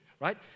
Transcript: right